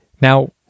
Now